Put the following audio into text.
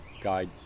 guide